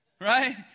Right